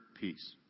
peace